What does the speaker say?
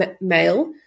male